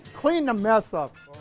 clean the mess! um